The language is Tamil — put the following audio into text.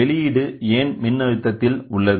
வெளியீடு ஏன் மின் அழுத்தத்தில் உள்ளது